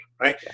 Right